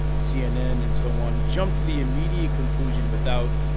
cnn and so on jumped to the immediate conclusion without,